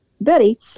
Betty